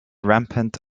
rampant